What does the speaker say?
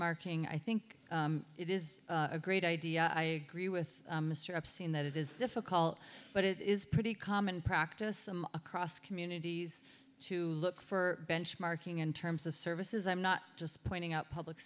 marking i think it is a great idea i agree with mr epstein that it is difficult but it is pretty common practice among across communities to look for benchmarking in terms of services i'm not just pointing out public